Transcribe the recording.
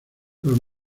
los